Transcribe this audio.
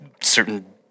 certain